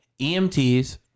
EMTs